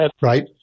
Right